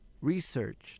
researched